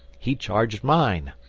he charged mine.